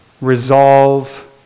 resolve